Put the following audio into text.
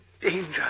danger